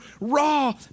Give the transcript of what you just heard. raw